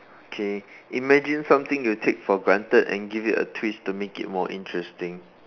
okay imagine something you take for granted and give it a twist to make it more interesting